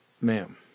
ma'am